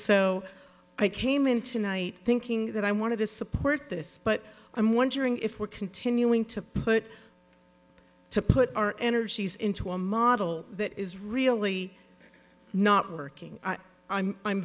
so i came in tonight thinking that i wanted to support this but i'm wondering if we're continuing to put to put our energies into a model that is really not working i'm